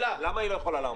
למה היא לא יכולה לעמוד?